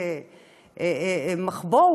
למחבוא,